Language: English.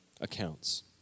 Accounts